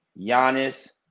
Giannis